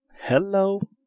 Hello